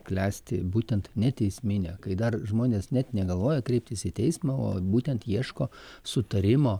klesti būtent neteismine kai dar žmonės net negalvoja kreiptis į teismą o būtent ieško sutarimo